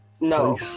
No